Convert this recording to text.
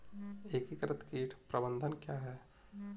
एकीकृत कीट प्रबंधन क्या है?